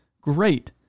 Great